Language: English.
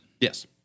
Yes